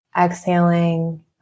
exhaling